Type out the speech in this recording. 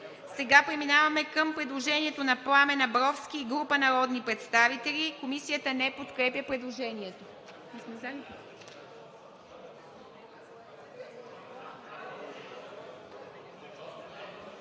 е отхвърлен. Предложение на Пламен Абровски и група народни представители. Комисията не подкрепя предложението.